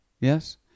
Yes